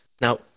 Now